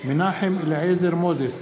מנחם אליעזר מוזס,